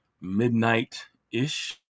midnight-ish